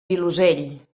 vilosell